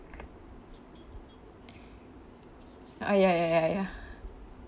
oh ya ya ya ya